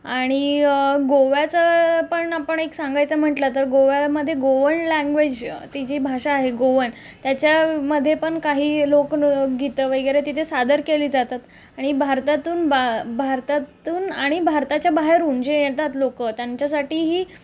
आणि गोव्याचं पण आपण एक सांगायचं म्हंटलं तर गोव्यामधे गोवण लँग्वेज ती जी भाषा आहे गोवन त्याच्यामधे पण काही लोक नृ गीतं वगैरे तिथे सादर केली जातात आणि भारतातून बा भारतातून आणि भारताच्या बाहेरून जे येतात लोक त्यांच्यासाठीही